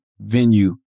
venue